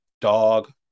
Dog